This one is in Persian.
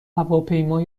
هواپیما